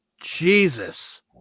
Jesus